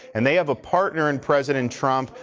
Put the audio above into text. and they have a partner in president trump.